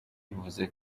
bivuze